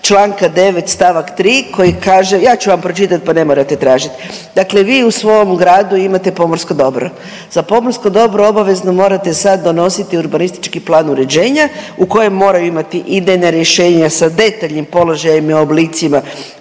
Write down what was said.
čl. 9. st. 3. koji kaže, ja ću vam pročitat pa ne morate tražit, dakle vi u svom gradu imate pomorsko dobro, za pomorsko dobro obavezno morate sad donositi urbanistički plan uređenja u kojem moraju imati idejna rješenja sa detaljnim položajem i oblicima